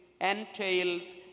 entails